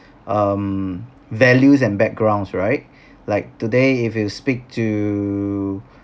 um values and backgrounds right like today if you speak to